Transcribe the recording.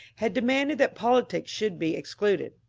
had demanded that politics should be excluded.